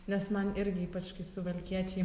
nes man irgi ypač kai suvalkiečiai